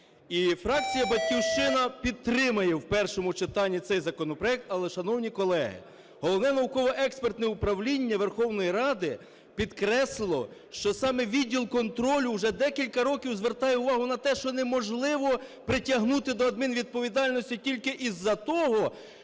І фракція "Батьківщина" підтримає в першому читанні цей законопроект. Але, шановні колеги, Головне науково-експертне управління Верховної Ради підкреслило, що саме Відділ контролю вже декілька років звертає увагу на те, що неможливо притягнути до адмінвідповідальності тільки із-за того,